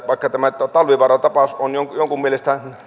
vaikka tämä talvivaaran tapaus on jonkun jonkun mielestä